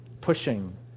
pushing